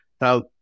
Now